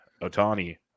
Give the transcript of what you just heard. Otani